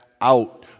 out